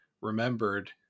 remembered